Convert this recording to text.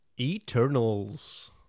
Eternals